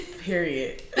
Period